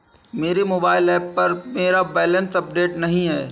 मेरे mobile app पर मेरा बैलेंस अपडेट नहीं है